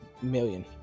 million